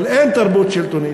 אבל אין תרבות שלטונית,